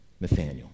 Nathaniel